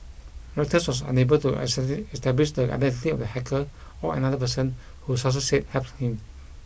Reuters was unable to establish the identity of the hacker or another person who sources said helped him